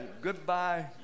goodbye